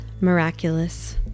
miraculous